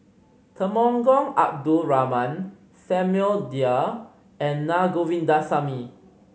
Temenggong Abdul Rahman Samuel Dyer and Na Govindasamy